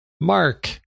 Mark